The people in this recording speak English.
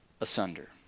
asunder